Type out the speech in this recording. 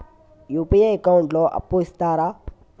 UPI account లో అప్పు ఇస్తరా?